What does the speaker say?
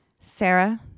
Sarah